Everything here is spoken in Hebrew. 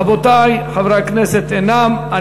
רבותי, חברי הכנסת אינם.